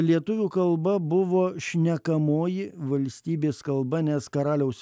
lietuvių kalba buvo šnekamoji valstybės kalba nes karaliaus